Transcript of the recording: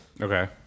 Okay